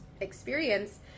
experience